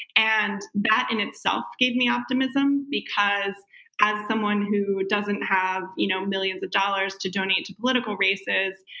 and that in itself gave me optimism, because as someone who doesn't have you know millions of dollars to donate to political races,